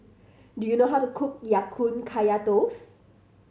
do you know how to cook Ya Kun Kaya Toast